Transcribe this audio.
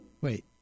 Wait